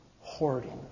Hoarding